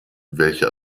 welche